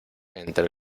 entre